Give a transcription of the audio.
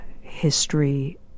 history